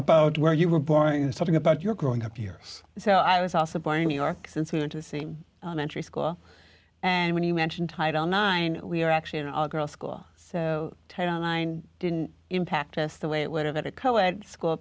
about where you were boring and something about your growing up years so i was also going to york since we went to see an entry school and when you mention title nine we're actually an all girl school so ted online didn't impact us the way it would have at a coed school